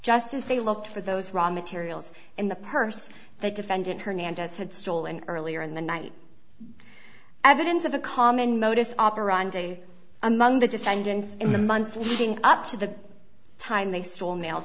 as they looked for those raw materials in the purse that defendant hernandez had stolen earlier in the night evidence of a common modus operandi among the defendants in the months leading up to the time they still naile